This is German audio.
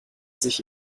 sich